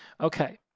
Okay